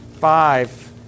five